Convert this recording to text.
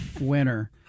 winner